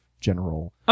general